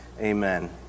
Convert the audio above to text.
Amen